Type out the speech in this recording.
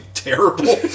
terrible